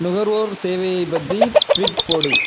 நுகர்வோர் சேவையை பற்றி ட்வீட் போடு